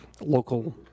local